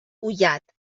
ullat